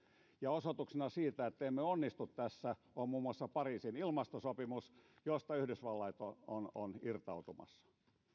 osoituksena siitä että emme onnistu tässä on muun muassa pariisin ilmastosopimus josta yhdysvallat on on irtautumassa